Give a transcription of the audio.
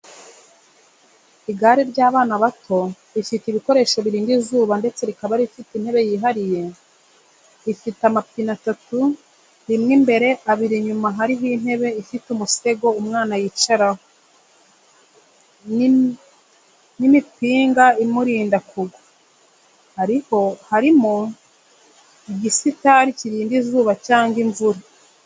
Igare rya bana bato rifite ibikoresho birinda izuba ndetse rikaba rifite intebe yihariye. Rifite amapine atatu rimwe imbere abiri inyuma hariho intebe ifite umusego umwana yicaraho, n’imipinga imurinda kugwa. Harimo igisitari kirinda izuba cyangwa imvura.